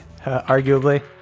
Arguably